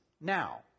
now